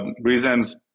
reasons